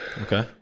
okay